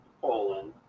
Poland